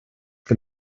que